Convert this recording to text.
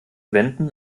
wenden